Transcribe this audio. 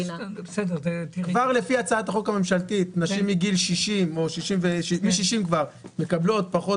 לפי הצעת החוק הממשלתית נשים מגיל 60 מקבלות פחות